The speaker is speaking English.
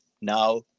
now